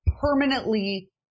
permanently